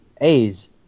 A's